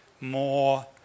more